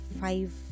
five